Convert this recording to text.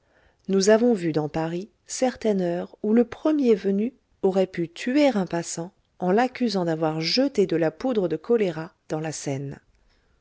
nous avons vu dans paris certaine heure où le premier venu aurait pu tuer un passant en l'accusant d'avoir jeté de la poudre de choléra dans la seine